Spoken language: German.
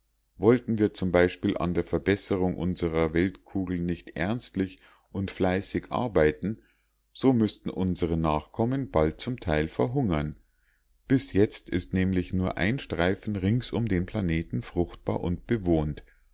wollten wir zum beispiel an der verbesserung unserer weltkugel nicht ernstlich und fleißig arbeiten so müßten unsere nachkommen bald zum teil verhungern bis jetzt ist nämlich nur ein streifen rings um den planeten fruchtbar und bewohnt